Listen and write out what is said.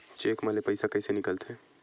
Cheque म ले पईसा कइसे निकलथे?